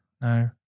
No